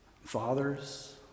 fathers